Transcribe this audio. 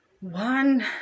One